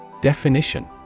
Definition